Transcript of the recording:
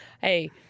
Hey